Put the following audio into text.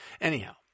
Anyhow